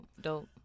Dope